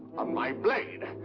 on my blade!